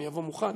אבוא מוכן